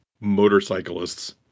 motorcyclists